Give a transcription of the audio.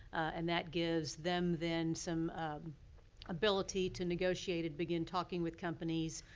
and that gives them, then, some ability to negotiate and begin talking with companies.